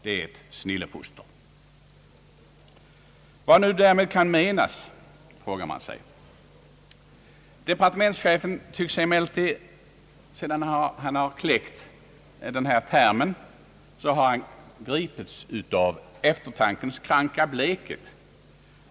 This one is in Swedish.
Det är ett snillefoster! Vad kan nu menas därmed? Sedan departementschefen kläckt denna term tycks han ha gripits av eftertankens kranka blekhet.